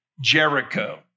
Jericho